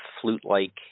flute-like